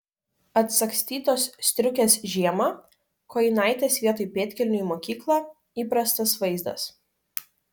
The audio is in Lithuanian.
atsagstytos striukės žiemą kojinaitės vietoj pėdkelnių į mokyklą įprastas vaizdas